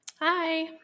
Hi